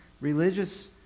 religious